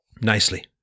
Nicely